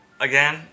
again